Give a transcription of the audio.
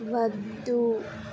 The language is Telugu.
వద్దు